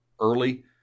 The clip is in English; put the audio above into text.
early